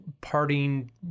parting